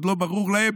עוד לא ברור להם,